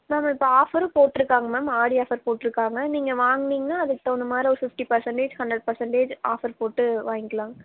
ma'am இப்போ offer போட்டுருக்காங்க ma'am Aadi offer போட்டுருக்காங்க நீங்கள் வாங்குனிங்ன்னா அதுக்கு தகுந்த மாதிரி ஒரு fifty percentage hundred percentage offer போட்டு வாங்கிக்கலாம்